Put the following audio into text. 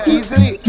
Easily